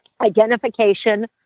Identification